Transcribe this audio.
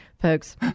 folks